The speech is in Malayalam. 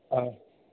ആ